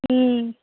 ம்